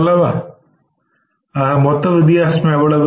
ஆக மொத்த வித்தியாசம் எவ்வளவு